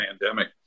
pandemic